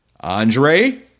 Andre